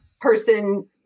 person